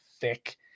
thick